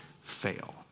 fail